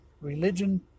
Religion